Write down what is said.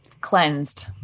cleansed